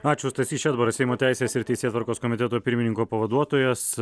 ačiū stasys šedbaras seimo teisės ir teisėtvarkos komiteto pirmininko pavaduotojas